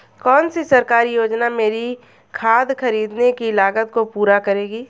कौन सी सरकारी योजना मेरी खाद खरीदने की लागत को पूरा करेगी?